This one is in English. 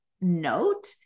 note